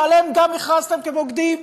שעליהם גם הכרזתם כבוגדים,